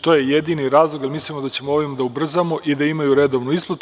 To je jedini razlog, jer mislimo da ćemo ovim da ubrzamo i da imaju redovnu isplatu.